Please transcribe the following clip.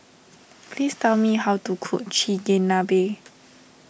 please tell me how to cook Chigenabe